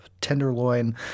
tenderloin